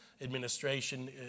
administration